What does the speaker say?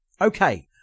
Okay